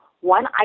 one